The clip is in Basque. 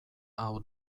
hau